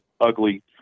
ugly